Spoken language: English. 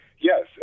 Yes